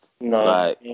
No